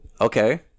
Okay